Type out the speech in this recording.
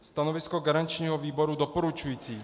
Stanovisko garančního výboru je doporučující.